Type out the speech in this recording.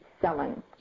selling